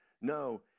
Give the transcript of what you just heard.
No